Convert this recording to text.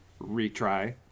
retry